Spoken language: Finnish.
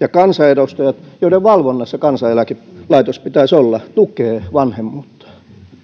ja kansanedustajat joiden valvonnassa kansaneläkelaitoksen pitäisi olla tukevat vanhemmuutta